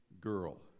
girl